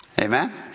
Amen